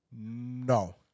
No